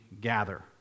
gather